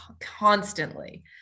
constantly